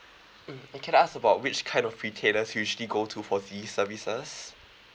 mm and can I ask about which kind of retailers you usually go to for these services